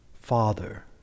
Father